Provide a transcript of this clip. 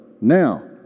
now